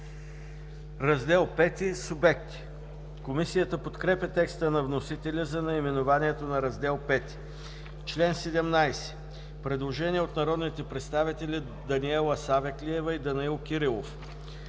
„Раздел V – Субекти“. Комисията подкрепя текста на вносителя за наименованието на Раздел V. По чл. 17 – предложение от народните представители Даниела Савеклиева и Данаил Кирилов.